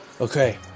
Okay